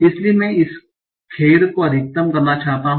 इसलिए मैं इस खेद को अधिकतम करना चाहता हूं